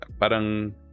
parang